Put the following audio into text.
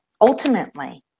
ultimately